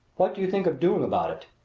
what do you think of doing about it?